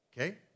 Okay